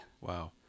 Wow